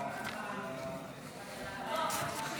עסקים (תיקון מס'